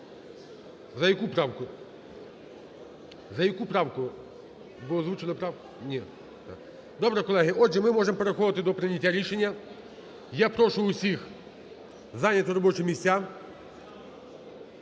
За яку правку? За яку правку, бо озвучили правку?.. Ні, так. Добре, колеги. Отже, ми можемо переходити до прийняття рішення. Я прошу всіх зайняти робочі місця.